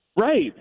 Right